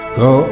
go